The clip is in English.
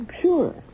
sure